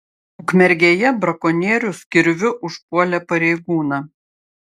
ukmergėje brakonierius kirviu užpuolė pareigūną